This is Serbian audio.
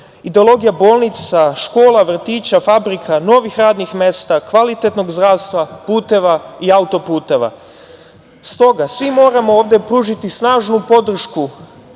ideologija bolnica, škola, vrtića, fabrika, novih radnih mesta, kvalitetnog zdravstva, puteva i autoputeva. Stoga, svi moramo ovde pružiti snažnu podršku